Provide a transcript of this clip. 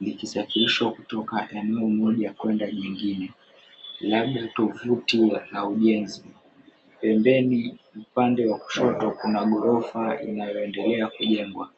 likisafirishwa kutoka eneo moja kwenda lingine. Labda tovuti wana ujenzi. Pembeni upande wa kushoto kuna ghorofa inayoendelea kujengwa.